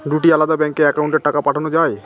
দুটি আলাদা ব্যাংকে অ্যাকাউন্টের টাকা পাঠানো য়ায়?